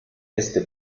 este